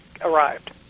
arrived